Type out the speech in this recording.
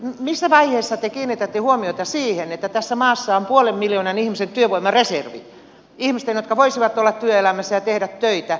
missä vaiheessa te kiinnitätte huomiota siihen että tässä maassa on puolen miljoonan ihmisen työvoimareservi ihmisten jotka voisivat olla työelämässä ja tehdä töitä